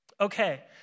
Okay